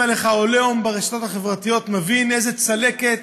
עליך עליהום ברשתות החברתיות מבין איזו צלקת.